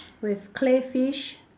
with crayfish